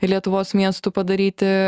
lietuvos miestų padaryti